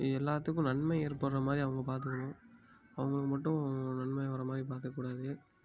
எல்லாத்துக்கும் நன்மை ஏற்படுற மாதிரி அவங்க பார்த்துக்கணும் அவங்களுக்கு மட்டும் நன்மை வராமாதிரி பார்த்துக்கக்கூடாது